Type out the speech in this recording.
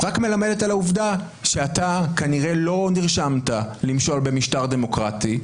רק מלמדת על העובדה שאתה כנראה לא נרשמת למשול במשטר דמוקרטי.